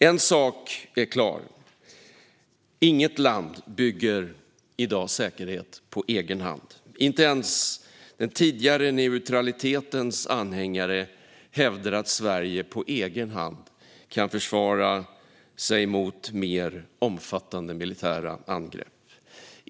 En sak är klar: Inget land bygger i dag säkerhet på egen hand. Inte ens den tidigare neutralitetens anhängare hävdar att Sverige på egen hand kan försvara sig mot mer omfattande militära angrepp.